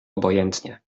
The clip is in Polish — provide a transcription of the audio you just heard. obojętnie